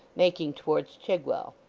making towards chigwell.